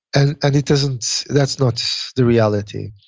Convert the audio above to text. and and it doesn't, that's not the reality.